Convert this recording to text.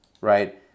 right